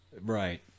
right